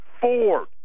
Ford